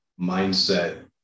mindset